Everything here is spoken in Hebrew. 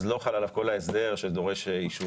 אז לא חל עליו כל ההסדר שדורש אישורים,